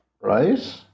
right